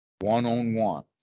one-on-one